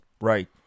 Right